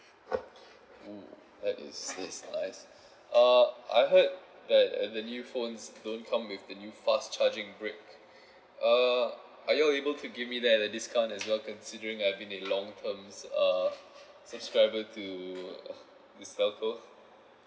mm that is still nice uh I heard that uh the new phones don't come with the new fast charging brick err are you all able to give me that at discount as well considering I've been a long terms uh subscriber to this telco